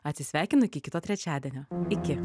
atsisveikinu iki kito trečiadienio iki